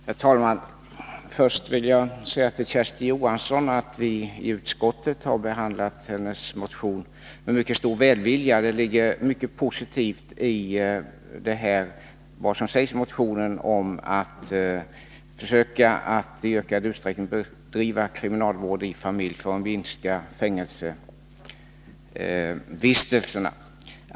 Herr talman! Först vill jag säga till Kersti Johansson att vi i utskottet har behandlat hennes motion med mycket stor välvilja. Det ligger mycket positivt i vad som sägs i motionen om att man bör försöka att i ökad utsträckning bedriva kriminalvård i familj för att minska fängelsevistelserna.